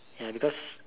ya because